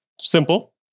simple